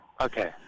Okay